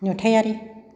नुथायारि